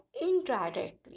indirectly